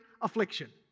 affliction